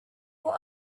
what